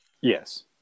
Yes